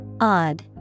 Odd